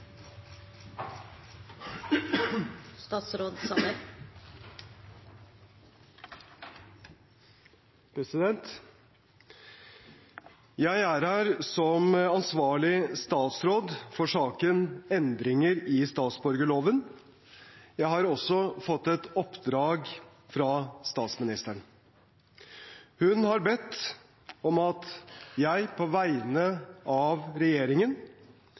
statsråd for saken Endringer i statsborgerloven. Jeg har også fått et oppdrag fra statsministeren. Hun har bedt om at jeg på vegne av regjeringen